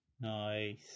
Nice